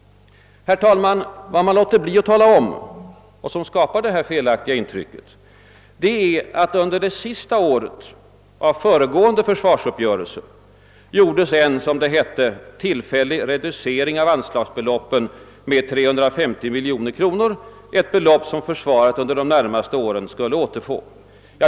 Herr talman! Vad man låter bli att tala om och vad som skapar det felaktiga intrycket är att under det sista året av föregående försvarsuppgörelses tid gjordes en — som det hette — tillfällig reducering av anslagsbeloppen med 350 miljoner kronor, ett belopp som försvaret under de närmaste åren skulle återfå.